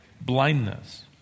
blindness